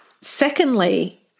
Secondly